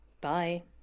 Bye